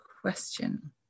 question